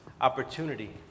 opportunity